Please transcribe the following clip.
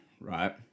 right